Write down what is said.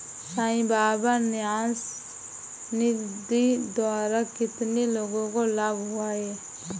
साई बाबा न्यास निधि द्वारा कितने लोगों को लाभ हुआ?